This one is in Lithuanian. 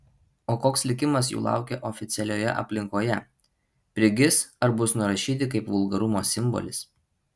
o koks likimas jų laukia oficialioje aplinkoje prigis ar bus nurašyti kaip vulgarumo simbolis